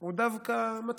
הוא דווקא מצות,